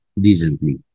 decently